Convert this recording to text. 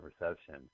reception